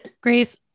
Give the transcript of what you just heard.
grace